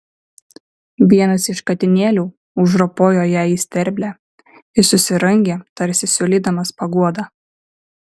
vienas iš katinėlių užropojo jai į sterblę ir susirangė tarsi siūlydamas paguodą